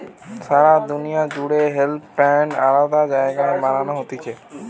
সারা দুনিয়া জুড়ে hemp plant আলাদা জায়গায় বানানো হতিছে